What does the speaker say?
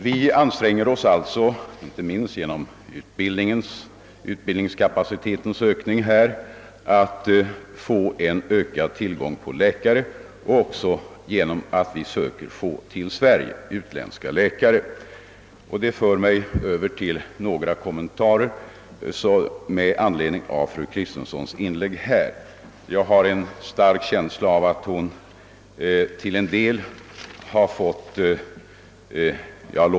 Vi anstränger oss alltså att öka tillgången på läkare dels genom en ökning av utbildningskapaciteten, dels genom att försöka få utländska läkare till Sverige. Det för mig över till att göra några kommentarer med anledning av fru Kristenssons inlägg.